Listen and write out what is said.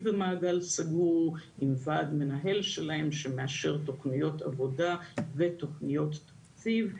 במעגל סגור עם ועד מנהל שלהם שמאשר תוכניות עבודה ותוכניות תקציב.